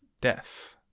death